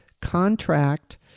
contract